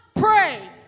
pray